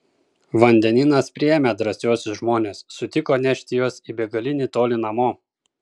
vandenynas priėmė drąsiuosius žmones sutiko nešti juos į begalinį tolį namo